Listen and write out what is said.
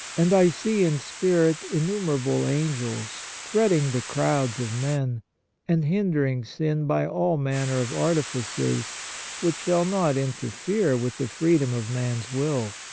and i see in spirit innumerable angels threading the crowds of men and hindering sin by all manner of artifices which shall not inter fere with the freedom of man's will.